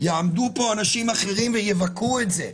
יעמדו פה אנשים אחרים ויבקרו את זה.